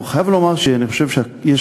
אני חייב לומר שיש כנסת,